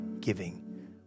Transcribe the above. giving